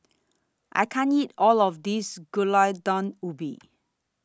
I can't eat All of This Gulai Daun Ubi